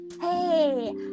hey